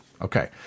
Okay